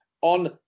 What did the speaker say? on